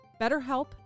BetterHelp